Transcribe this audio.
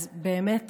אז באמת